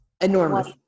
enormous